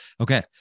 Okay